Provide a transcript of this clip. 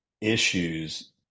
issues